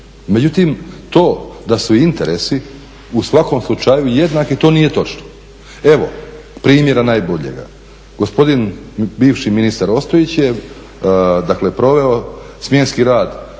Međutim, to da su interesi u svakom slučaju jednaki to nije točno. Evo, primjera najboljega. Gospodin, bivši ministar Ostojić je dakle proveo smjenski rad